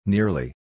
Nearly